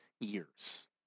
years